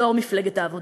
יושב-ראש מפלגת העבודה.